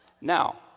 Now